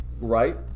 right